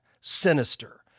Sinister